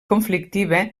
conflictiva